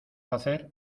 hacer